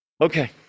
Okay